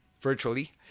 virtually